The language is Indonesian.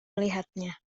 melihatnya